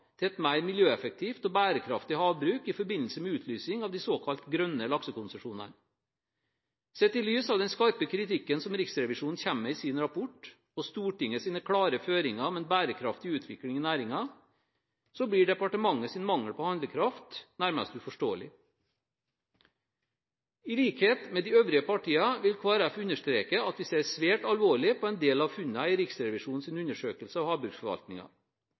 til et mer miljøeffektivt og bærekraftig havbruk i forbindelse med utlysingen av de såkalt grønne laksekonsesjonene. Sett i lys av den skarpe kritikken som Riksrevisjonen kommer med i sin rapport, og Stortingets klare føringer om en bærekraftig utvikling i næringen, blir departementets mangel på handlekraft nærmest uforståelig. I likhet med de øvrige partiene vil Kristelig Folkeparti understreke at vi ser svært alvorlig på en del av funnene i Riksrevisjonens undersøkelse av